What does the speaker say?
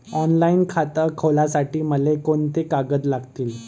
Online खातं खोलासाठी मले कोंते कागद लागतील?